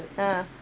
ah